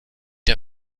der